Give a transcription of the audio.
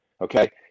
Okay